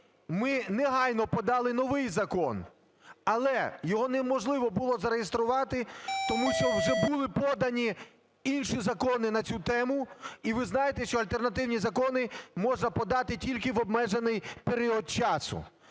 ми негайно подали новий закон, але його неможливо було зареєструвати, тому що вже були подані інші закони на цю тему. І ви знаєте, що альтернативні закони можна подати тільки в обмежений період часу.